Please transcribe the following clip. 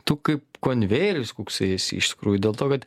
tu kaip konvejeris koksai esi iš tikrųjų dėl to kad